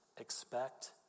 expect